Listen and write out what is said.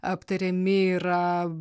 aptariami yra